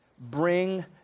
bring